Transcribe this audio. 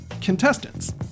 Contestants